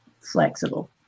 flexible